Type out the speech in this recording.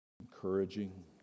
encouraging